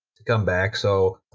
to come back. so,